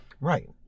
Right